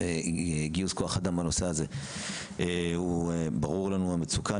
וגיוס כוח אדם בנושא הזה, ברורה לנו המצוקה.